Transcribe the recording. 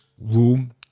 room